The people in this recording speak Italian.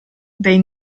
dei